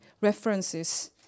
references